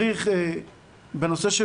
בנושא של